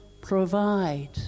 provide